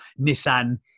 Nissan